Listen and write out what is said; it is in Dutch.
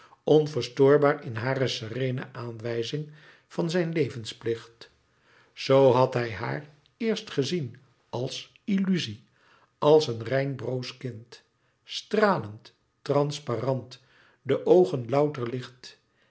onverstoorbaar in hare sereene aanwijzing van zijn levensplicht zoo had hij haar eerst gezien als illuzie als een rein broos kind stralend transparant de oogen louter licht